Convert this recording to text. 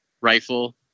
rifle